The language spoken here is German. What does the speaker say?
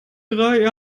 drei